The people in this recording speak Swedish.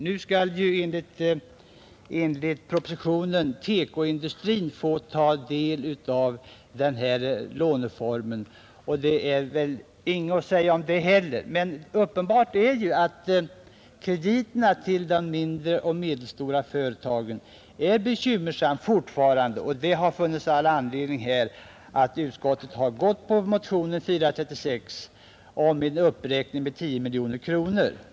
Nu skall enligt propositionen TEKO-industrin få ta del av denna låneform, och det är väl ingenting att säga om det heller. Uppenbart är emellertid att krediterna till de mindre och medelstora företagen fortfarande är bekymmersamma, och det har funnits all anledning för utskottet att tillstyrka motionen 436 om en uppräkning med 10 miljoner kronor.